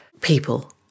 people